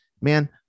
man